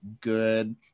good